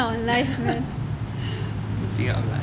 missing out on life